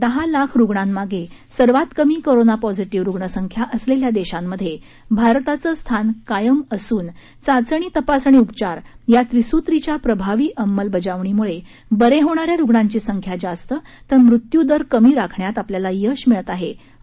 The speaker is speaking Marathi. दहा लाख रूग्णांमागे सर्वात कमी कोरोना पॉझिटिव्ह रूग्णसंख्या असलेल्या देशांमधे भारताचं स्थान कायम असून चाचणी तपास आणि उपचार या त्रिसूरीच्या प्रभावी अंमलबजावणीमुळे बरे होणा या रूग्णांची संख्या जास्त तर मृत्यूदर कमी राखण्यात आपल्याला आपल्याला यश मिळत आहे असं यात म्हटलं आहे